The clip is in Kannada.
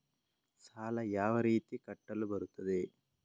ಸಾಲ ಯಾವ ರೀತಿ ಕಟ್ಟಲು ಬರುತ್ತದೆ?